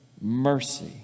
mercy